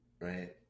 Right